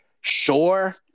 sure